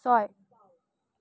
ছয়